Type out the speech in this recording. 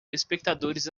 espectadores